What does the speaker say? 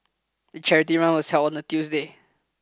the charity run was held on a Tuesday